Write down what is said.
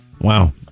Wow